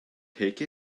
take